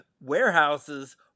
warehouses